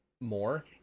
more